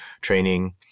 training